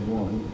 one